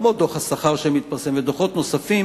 כמו דוח השכר שמתפרסם ודוחות נוספים